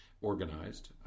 organized